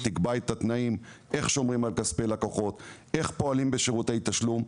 ותקבע את התנאים לאיך שומרים על כספי לקוחות ואיך פועלים בשירותי תשלום,